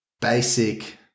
basic